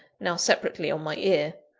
now separately on my ear.